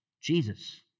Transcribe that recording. Jesus